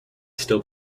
still